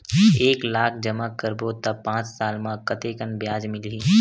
एक लाख जमा करबो त पांच साल म कतेकन ब्याज मिलही?